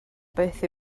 beth